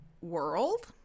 world